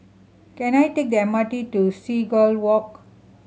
can I take the M R T to Seagull Walk